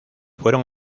fueron